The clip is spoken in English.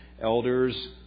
elders